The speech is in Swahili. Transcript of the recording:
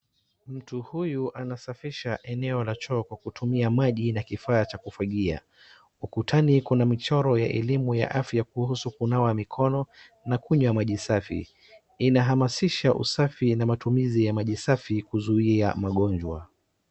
Mtu huyu anasafisha eneo la choo kwa kutumia maji na kifaa cha kufangia. Ukutani kuna michoro ya elimu ya afya kuhusu kunawa mikono na kunywa maji safi .Ila hamashisha usafi na matumizi ya maji safi kuzuia magonjwa.